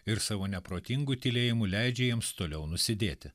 ir savo neprotingu tylėjimu leidžia jiems toliau nusidėti